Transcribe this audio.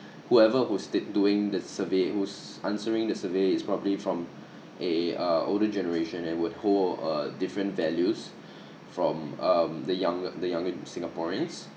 whoever who's d~ doing the survey who's answering the survey is probably from a uh older generation and would hold uh different values from um the younger the younger singaporeans